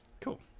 Cool